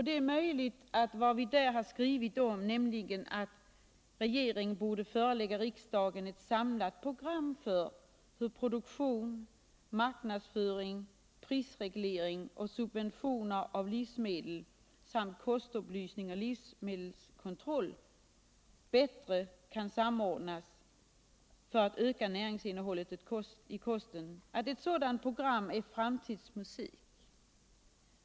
Det är möjligt att vad vi där har skrivit, nämligen att ”Regeringen bör förelägga riksdagen eu samlat program för hur produktion, marknadsföring, prisreglering och prissubventioner av livsmedel samt kostupplysning och livsmedelskontroll bättre kan samordnas för att öka näringsinnehållet i kosten —-—--", är framtidsmusik.